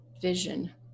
vision